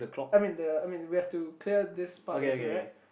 I mean the I mean we have to clear this part also right